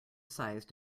size